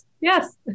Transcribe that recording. yes